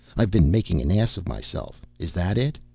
i've been making an ass of myself is that it?